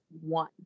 one